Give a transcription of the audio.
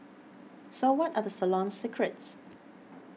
so what are the salon's secrets